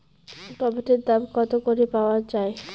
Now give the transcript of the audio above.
টমেটোর দাম কত করে পাওয়া যায়?